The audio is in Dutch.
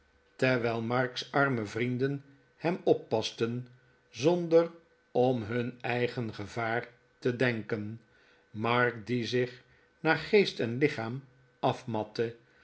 terwijl mark's arme vrienden hem oppasten zonder om hun eigen gevaar te denken mark die zich naar geest en lichaam afmatte